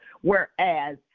whereas